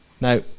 Now